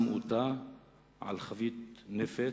על חבית נפץ,